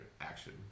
Action